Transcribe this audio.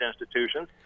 institutions